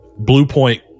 Bluepoint